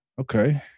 okay